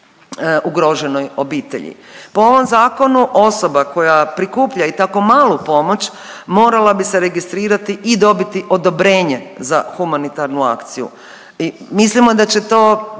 ugroženoj obitelji. Po ovom zakonu osoba koja prikuplja i tako malu pomoć morala bi se registrirati i dobiti odobrenje za humanitarnu akciju. I mislimo da će to